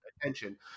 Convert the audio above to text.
attention